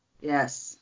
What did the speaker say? Yes